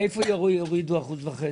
מאיפה יורידו 1.5%?